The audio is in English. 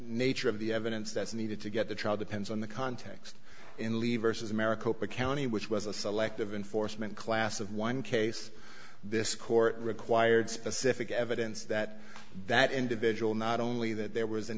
nature of the evidence that's needed to get the trial depends on the context in leave versus america county which was a selective enforcement class of one case this court required specific evidence that that individual ready not only that there was an